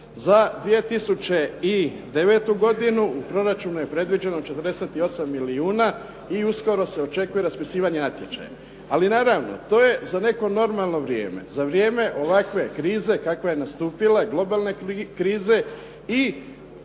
Za 2009. godinu u proračunu je predviđeno 48 milijuna i uskoro se očekuje raspisivanje natječaja. Ali naravno, to je za neko normalno vrijeme. Za vrijeme ovakve krize kakva je nastupila i globalne krize i